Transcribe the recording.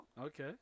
Okay